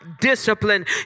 discipline